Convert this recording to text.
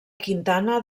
quintana